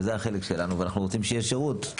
וזה החלק שלנו ואנחנו רוצים שיהיה שירות.